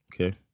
okay